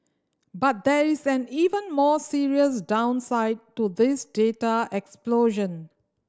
but there is an even more serious downside to this data explosion